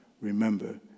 remember